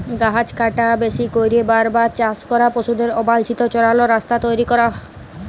গাহাচ কাটা, বেশি ক্যইরে বার বার চাষ ক্যরা, পশুদের অবাল্ছিত চরাল, রাস্তা তৈরি ক্যরা